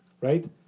right